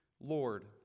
Lord